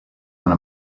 want